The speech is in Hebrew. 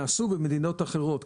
ונעשו במדינות אחרות.